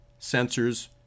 sensors